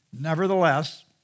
Nevertheless